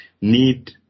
need